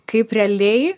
kaip realiai